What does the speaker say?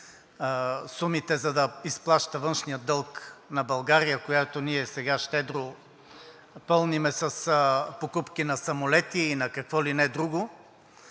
сумите, за да изплаща външния дълг на България, който ние сега щедро пълним с покупки на самолети и на какво ли не друго,